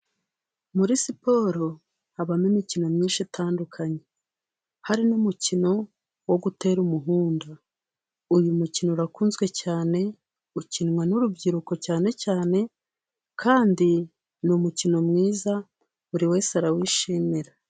Muri siporo habamo imikino myinshi itandukanye， hari n'umukino wo gutera umuhundu. Uyu mukino urakunzwe cyane，ukinwa n'urubyiruko cyane cyane. Kandi ni umukino mwiza，buri wese arawishimira.